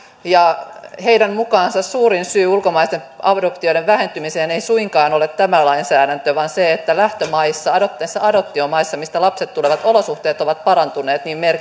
ja heidän mukaansa suurin syy ulkomaisten adoptioiden vähentymiseen ei suinkaan ole tämä lainsäädäntö vaan se että lähtömaissa adoptiomaissa adoptiomaissa mistä lapset tulevat olosuhteet ovat parantuneet niin merkittävästi että